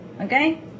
okay